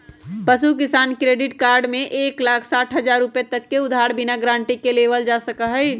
पशु किसान credit card में एक लाख साठ हजार रुपए तक के उधार बिना गारंटी के लेबल जा सका हई